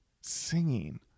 singing